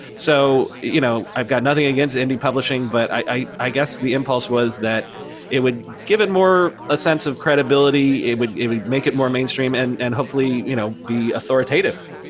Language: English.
so you know i've got nothing against indie publishing, but i i guess the impulse was that it would give it more a sense of credibility, it would it would make it more mainstream and and hopefully, you know be authoritative.